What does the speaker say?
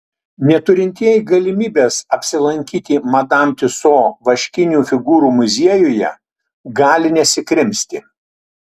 neturintieji galimybės apsilankyti madam tiuso vaškinių figūrų muziejuje gali nesikrimsti